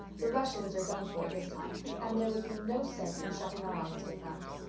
the russians are done for this time and there would be no sense in shutting our eyes to the fact.